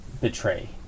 Betray